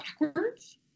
backwards